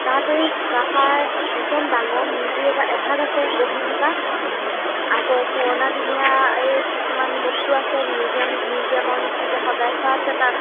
তাত এই চুকাফাৰ একদম ডাঙৰ মূৰ্তি এটা এভাগ আছে বহি থকা আকৌ পুৰণাদিনীয়া এই কিছুমান বস্তু আছে মিউজিয়াম মিউজিয়ামৰ নিচিনাকৈ সজাই থোৱা আছে তাত